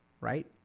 Right